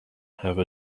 have